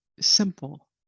simple